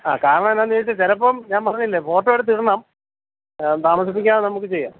ആ കാരണമെന്താണെന്ന് ചോദിച്ചാല് ചിലപ്പം ഞാൻ പറഞ്ഞില്ലെ ഫോട്ടോ എടുത്തിടണം താമസപ്പിക്കാതെ നമുക്ക് ചെയ്യാം